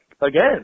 again